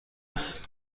است